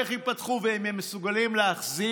איך ייפתחו ואם הם מסוגלים להחזיר